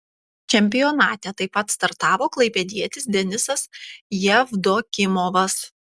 čempionate taip pat startavo klaipėdietis denisas jevdokimovas